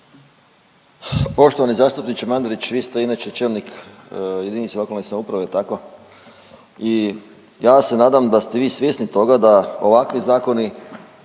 Poštovani zastupniče Mandarić, vi ste inače čelnik jedinice lokalne samouprave, je li tako? I ja se nadam da ste vi svjesni toga da ovakvi zakoni